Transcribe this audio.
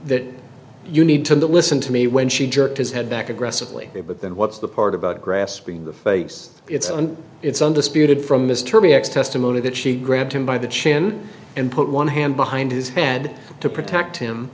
that you need to listen to me when she jerked his head back aggressively but then what's the part about grasping the face it's on it's undisputed from mr b x testimony that she grabbed him by the chin and put one hand behind his head to protect him